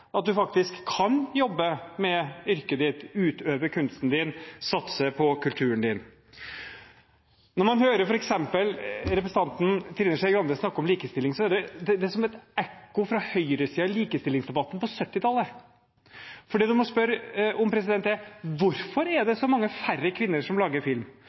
at man faktisk kan jobbe med yrket sitt, utøve kunsten sin, satse på kulturen sin. Når man hører f.eks. representanten Trine Skei Grande snakke om likestilling, er det som et ekko fra høyresiden i likestillingsdebatten på 1970-tallet. Det man må spørre om, er hvorfor er det så mange færre kvinner som lager film,